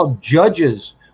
judges